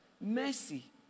mercy